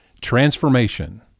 transformation